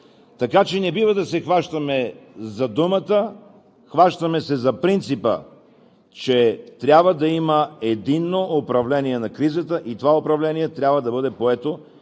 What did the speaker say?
Така че не бива да се хващаме за думата – хващаме се за принципа, че трябва да има единно управление на кризата и това управление трябва да бъде поето